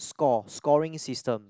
score scoring system